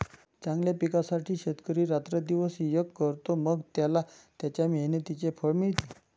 चांगल्या पिकासाठी शेतकरी रात्रंदिवस एक करतो, मग त्याला त्याच्या मेहनतीचे फळ मिळते